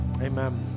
Amen